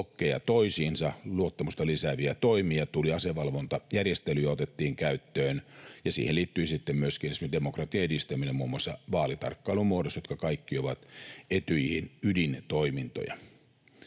luottamusta lisääviä toimia, asevalvontajärjestelyjä otettiin käyttöön, ja siihen liittyi sitten myöskin esimer- kiksi demokratian edistäminen muun muassa vaalitarkkailun muodossa, jotka kaikki ovat Etyjin ydintoimintoja.